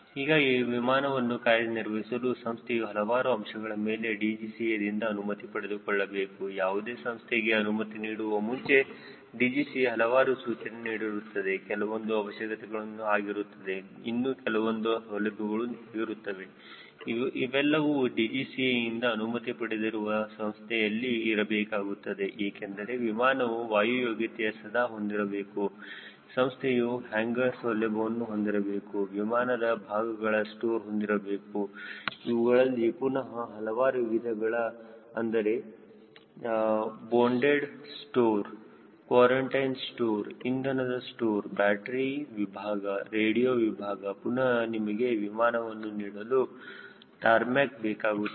ಹೀಗಾಗಿ ವಿಮಾನವನ್ನು ಕಾರ್ಯನಿರ್ವಹಿಸಲು ಸಂಸ್ಥೆಯು ಹಲವಾರು ಅಂಶಗಳ ಮೇಲೆ DGCAದಿಂದ ಅನುಮತಿ ಪಡೆದುಕೊಳ್ಳಬೇಕು ಯಾವುದೇ ಸಂಸ್ಥೆಗೆ ಅನುಮತಿ ನೀಡುವ ಮುಂಚೆ DGCA ಹಲವಾರು ಸೂಚನೆ ನೀಡುತ್ತದೆ ಕೆಲವೊಂದು ಅವಶ್ಯಕತೆ ಆಗಿರುತ್ತದೆ ಇನ್ನೂ ಕೆಲವೊಂದು ಸೌಲಭ್ಯಗಳು ಆಗಿರುತ್ತವೆ ಇವೆಲ್ಲವೂ DGCA ಇಂದ ಅನುಮತಿ ಪಡೆದಿರುವ ಸಂಸ್ಥೆಯಲ್ಲಿ ಇರಬೇಕಾಗುತ್ತದೆ ಏಕೆಂದರೆ ವಿಮಾನವು ವಾಯು ಯೋಗ್ಯತೆಯನ್ನು ಸದಾ ಹೊಂದಿರಬೇಕು ಸಂಸ್ಥೆಯು ಹ್ಯಾಂಗರ್ ಸೌಲಭ್ಯವನ್ನು ಹೊಂದಿರಬೇಕು ವಿಮಾನದ ಭಾಗಗಳ ಸ್ಟೋರ್ ಹೊಂದಿರಬೇಕು ಇವುಗಳಲ್ಲಿ ಪುನಹ ಹಲವಾರು ವಿಧಗಳಿವೆ ಅಂದರೆ ಬೋಂಡೇಡ್ ಸ್ಟೋರ್ ಕ್ವಾರಂಟೈನ್ ಸ್ಟೋರ್ ಇಂಧನದ ಸ್ಟೋರ್ ಬ್ಯಾಟರಿ ವಿಭಾಗ ರೇಡಿಯೋ ವಿಭಾಗ ಪುನಹ ನಿಮಗೆ ವಿಮಾನವನ್ನು ಇಡಲು ಟಾರ್ ಮ್ಯಾಕ್ ಬೇಕಾಗುತ್ತದೆ